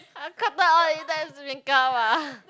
Cotton-On if that's become ah